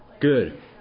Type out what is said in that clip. Good